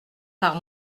par